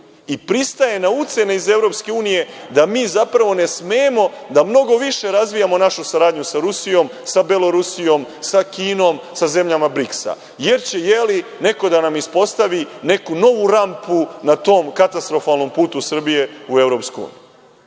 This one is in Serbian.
i pristaje na ucene iz EU da mi zapravo ne smemo da mnogo više razvijamo našu saradnju sa Rusijom, sa Belorusijom, sa Kinom, sa zemljama BRIKS-a, jer će neko da nam ispostavi neku novu rampu na tom katastrofalnom putu Srbije u EU.